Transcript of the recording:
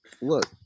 look